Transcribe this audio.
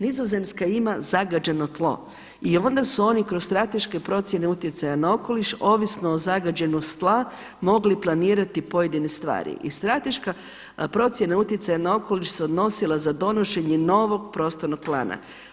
Nizozemska ima zagađeno tlo i onda su oni kroz strateške procjene utjecaja na okoliš ovisno o zagađenosti tla mogli planirati pojedine stvari i strateška procjena utjecaja na okoliš se odnosila za donošenje novog prostornog plana.